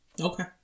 okay